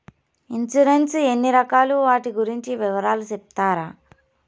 Insurance ఎన్ని రకాలు వాటి గురించి వివరాలు సెప్తారా?